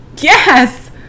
yes